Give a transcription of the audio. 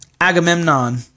Agamemnon